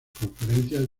conferencias